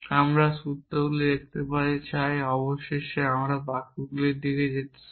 আমরা সূত্রগুলি দেখতে চাই অবশেষে আমরা বাক্যগুলির দিকে যেতে চাই